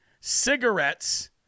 cigarettes